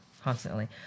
constantly